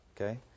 okay